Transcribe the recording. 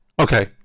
okay